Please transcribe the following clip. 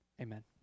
Amen